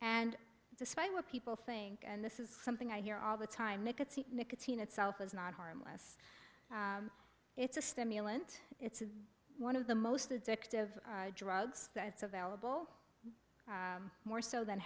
and despite what people think and this is something i hear all the time nicotine nicotine itself is not harmless it's a stimulant in one of the most addictive drugs that's available more so than